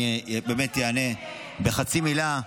אני אענה בחצי מילה,